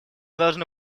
должны